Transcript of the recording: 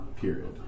Period